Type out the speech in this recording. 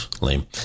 lame